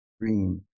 dream